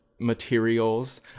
materials